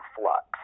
flux